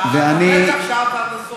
מה אתה רוצה,